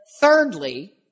thirdly